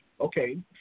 okay